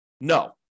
No